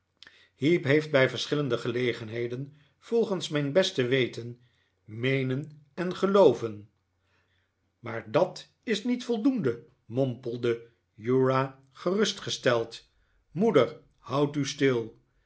heep heeft bij verschillende gelegenheden volgens mijn beste weten meenen en gelooven maar d a t is niet voldoende mompelde uridh gerustgesteld moeder houd u stil